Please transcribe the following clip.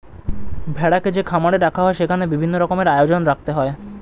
ভেড়াকে যে খামারে রাখা হয় সেখানে বিভিন্ন রকমের আয়োজন রাখতে হয়